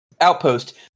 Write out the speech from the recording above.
outpost